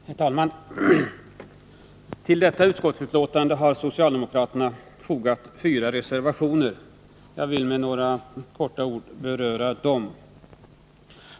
Herr talman! Till detta utskottsbetänkande har socialdemokraterna fogat fyra reservationer. Jag vill med några ord i all korthet beröra dem.